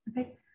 Okay